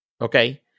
Okay